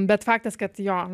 bet faktas kad jo